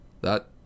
That